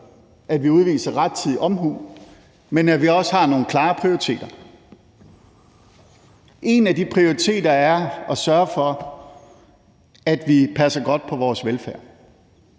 at vi udviser rettidig omhu, men at vi også har nogle klare prioriteter. En af de prioriteter er at sørge for, at vi passer godt på vores velfærd.